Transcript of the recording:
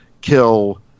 kill